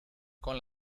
con